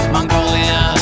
Mongolia